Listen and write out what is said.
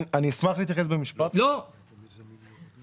אז תציעי להם.